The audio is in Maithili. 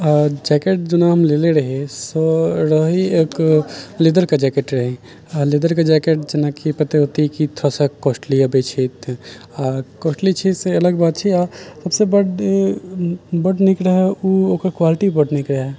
तऽ जैकेट जेना हम लेले रहियै तऽ रही एक लेदरके जैकेट रहे आ लेदरके जैकेट जेनाकि पते होते की थोड़ा सा कॉस्ट्ली अबै छै तऽ आ कॉस्ट्ली छै से अलग बात छै आ सबसे बड बड नीक रहै ओ ओकर क्वालिटी बड नीक रहै